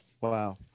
Wow